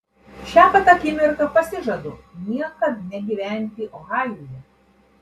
šią pat akimirką pasižadu niekada negyventi ohajuje